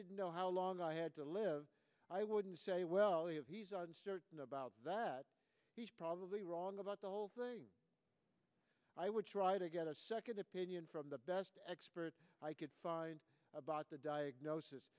didn't know how long i had to live i wouldn't say well you know about that he's probably wrong about the whole thing i would try to get a second opinion from the best expert i could find about the diagnosis